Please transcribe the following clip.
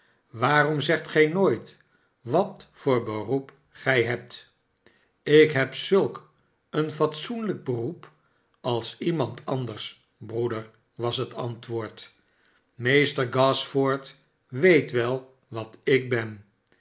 waarom zegt gij nooit wat voor beroep gij hebt slk heb zulk een fatsoenlijk beroep als iemand anders broeder was het antwoord s meester gashford weet wel wat ik ben